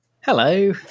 Hello